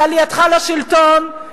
זה עלייתך לשלטון,